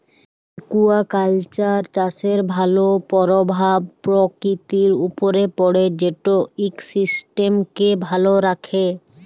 aquaculture চাষের ভালো পরভাব পরকিতির উপরে পড়ে যেট ইকসিস্টেমকে ভালো রাখ্যে